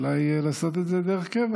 אולי לעשות את זה דרך קבע.